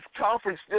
conference